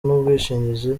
n’ubwishingizi